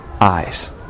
eyes